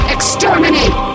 Exterminate